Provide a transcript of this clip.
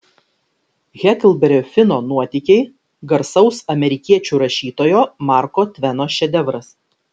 heklberio fino nuotykiai garsaus amerikiečių rašytojo marko tveno šedevras